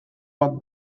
bat